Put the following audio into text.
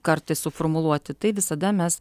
kartais suformuluoti tai visada mes